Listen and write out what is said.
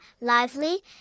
lively